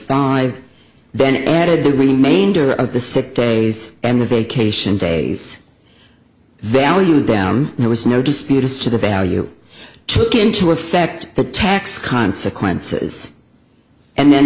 five then added the remainder of the sick days and the vacation days value down there was no dispute as to the value took into effect the tax consequences and then